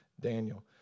Daniel